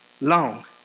long